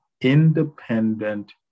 independent